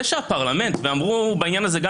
זה שהפרלמנט ואמרו בעניין הזה גם